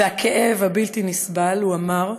והכאב הבלתי-נסבל, הוא אמר: